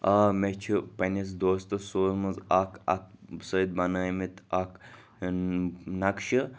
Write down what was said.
آ مےٚ چھِ پنٛںِس دوستَس سوٗزمٕژ اَکھ اَتھٕ سۭتۍ بَنٲومٕتۍ اَکھ نقشہِ